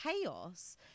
chaos